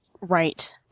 Right